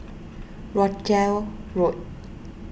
Rochdale Road